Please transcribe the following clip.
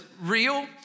real